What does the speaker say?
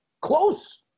close